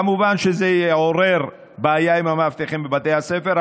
כמובן שזה יעורר בעיה עם המאבטחים בבתי הספר,